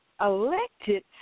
elected